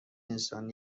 انسان